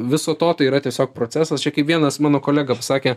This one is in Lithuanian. viso to tai yra tiesiog procesas čia kaip vienas mano kolega pasakė